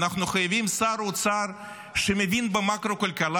אנחנו חייבים שר אוצר שמבין במקרו-כלכלה